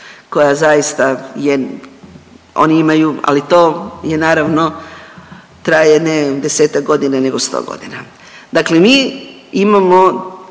koja zaista je, oni imaju, ali to je naravno traje ne desetak godina, nego sto godina. Dakle, mi imamo